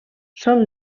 són